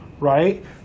right